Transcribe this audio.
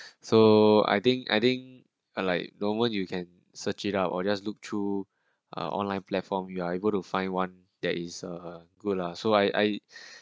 so I think I think I like normal you can search it up or just look through a online platform you are able to find one that is uh good lah so I I